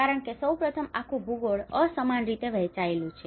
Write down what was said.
કારણ કે સૌ પ્રથમ આખું ભૂગોળ અસમાન રીતે વહેચાયેલું છે